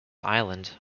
island